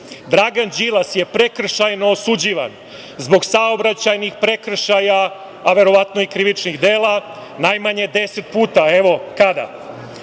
Đilas je prekršajno osuđivan zbog saobraćajnih prekršaja, a verovatno i krivičnih dela najmanje 10 puta. Evo kada,